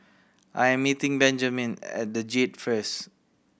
I am meeting Benjamen at The Jade first